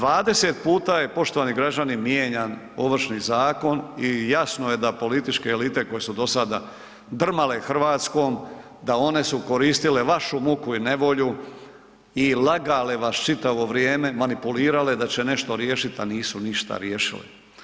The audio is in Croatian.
20 puta je, poštovani građani, mijenjan Ovršni zakon i jasno je da političke elite koje su dosada drmale RH da one su koristile vašu muku i nevolju i lagale vas čitavo vrijeme, manipulirale da će nešto riješit, a nisu ništa riješile.